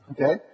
okay